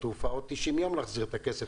התעופה עוד 90 יום להחזיר את הכסף,